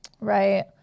right